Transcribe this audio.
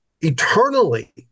Eternally